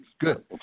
Good